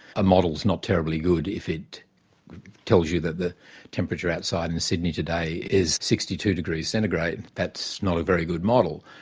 a model's not terribly good if it tells you that the temperature outside in sydney today is sixty two degrees centigrade that's not a very good model.